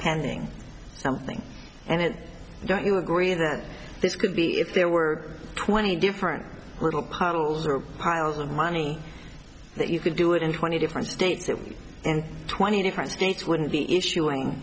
pending something and don't you agree that this could be if there were twenty different little particles or piles of money that you could do it in twenty different states and twenty different states wouldn't be issuing